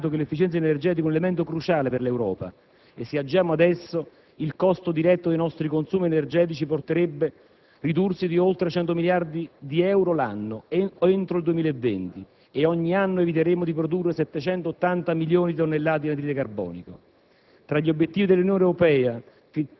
Lo stesso Commissario europeo per l'energia ha affermato che «l'efficienza energetica è un elemento cruciale per l'Europa: se agiamo adesso, il costo diretto dei nostri consumi energetici potrebbe ridursi di oltre 100 miliardi di euro l'anno entro il 2020 e ogni anno eviteremo di produrre circa 780 milioni di tonnellate di anidride carbonica».